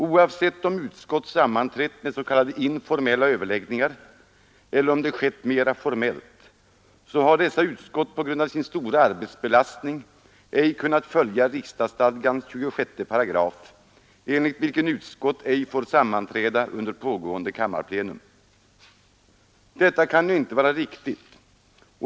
Oavsett om utskott sammanträtt med s.k. informella överläggningar eller om det skett mera formellt, så har dessa utskott på grund av sin stora arbetsbelastning ej kunnat följa riksdagsstadgans 26 § enligt vilken utskott ej får sammanträda under pågående kammarplenum. Detta kan ju inte vara riktigt.